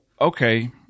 okay